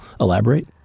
elaborate